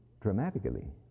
dramatically